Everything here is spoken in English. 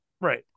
Right